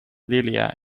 lilia